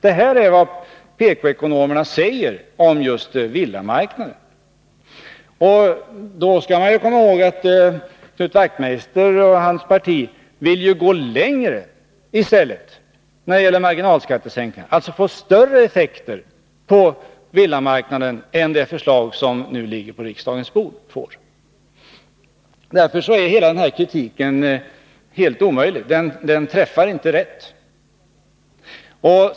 Detta är vad PK-ekonomerna säger om just villamarknaden. Då skall man komma ihåg att Knut Wachtmeister och hans parti vill gå längre när det gäller marginalskattesänkningen, vilket skulle få större effekter för villamarknaden än det förslag som nu ligger på riksdagens bord. Därför är hela deras kritik helt omöjlig. Den träffar inte rätt.